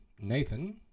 Nathan